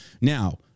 Now